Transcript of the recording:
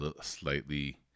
slightly